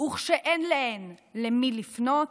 וכשאין להן למי לפנות,